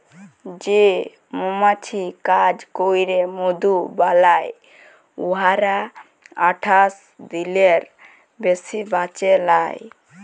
যে মমাছি কাজ ক্যইরে মধু বালাই উয়ারা আঠাশ দিলের বেশি বাঁচে লায়